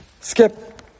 Skip